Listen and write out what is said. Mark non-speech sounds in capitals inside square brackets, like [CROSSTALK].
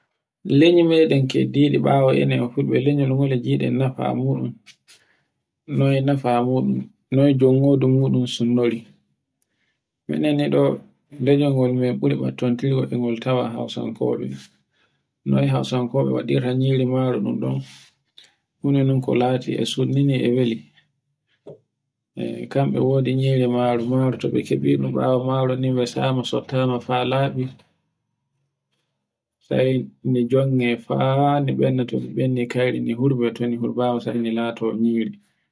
lanyi meɗen keddiɗi ɓawo enen fulbe lenyel ene gide enen fulɓe lanyol hule giɗe nafa muɗum, [NOISE] noy nafa muɗum. Noy jongode muɗum sunnori, [NOISE] minen ni ɗo lanyol ngol min ɓuri ɓattontiri e ngol tawa hausankoɓe. Nohye hausankoɓe waɗirta nyiri maro ɗun ɗon huna non ku lati e sunnuni e weli. [NOISE] kamɓe wodi nyiri maro, maro toɓe kebiɗum ɓawo maro bisama sottama fa labi. [NOISE] sai ndi jonge fa ndi ɓende [NOISE] to ndi bendi kayri endi hurbo ton, toni hurbama sai ndi lato nyiri [HESITATION]